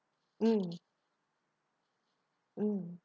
mm mm